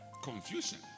confusion